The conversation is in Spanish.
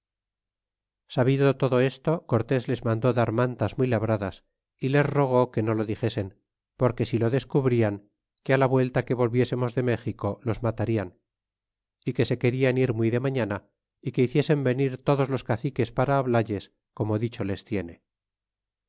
sabido todo esto cortés les mandó dar mantas muy labradas y les rogó que no lo dixesen porque si lo descubrian que la vuelta que volviésemos de méxico los matarian é que se querian ir muy de mañana é que hiciesen venir todos los caciques para hablalles como dicho les tiene